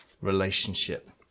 relationship